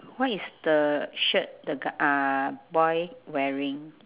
what is the shirt the g~ uh boy wearing